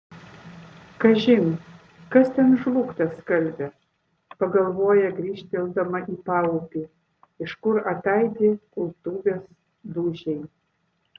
kažin kas ten žlugtą skalbia pagalvoja grįžteldama į paupį iš kur ataidi kultuvės dūžiai